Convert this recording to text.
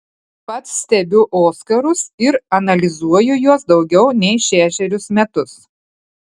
pats stebiu oskarus ir analizuoju juos daugiau nei šešerius metus